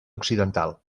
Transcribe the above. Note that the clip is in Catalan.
occidental